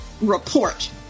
report